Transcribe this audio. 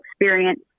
experience